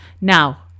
now